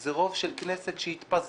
זה רוב של כנסת שהתפזרה,